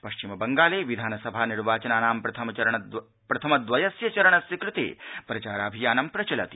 पथिम बंगाल िधानसभानिर्वाचनानां प्रथमद्वयस्य चरणस्य कृत िचाराभियानं प्रचलति